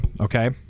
Okay